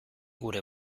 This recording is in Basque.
gure